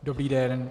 Dobrý den.